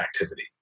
activity